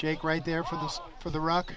jake right there for the for the rock